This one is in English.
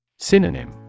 Synonym